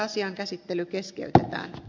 asian käsittely keskeytetään